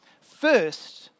First